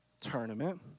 tournament